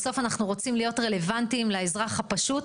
בסוף אנחנו רוצים להיות רלוונטיים לאזרח הפשוט,